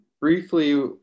briefly